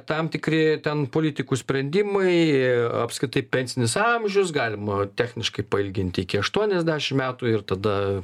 tam tikri ten politikų sprendimai apskritai pensinis amžius galima techniškai pailginti iki aštuoniasdešimt metų ir tada